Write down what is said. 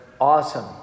awesome